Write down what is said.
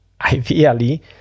ideally